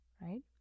right